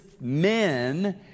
men